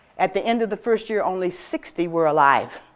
at the end of the first year, only sixty were alive